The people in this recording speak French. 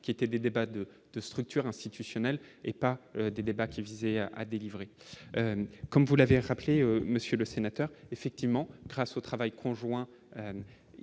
qui étaient des débats de de structures institutionnelles et pas des débats qui visait à délivrer, comme vous l'avez rappelé monsieur le sénateur, effectivement, grâce au travail conjoint,